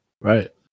Right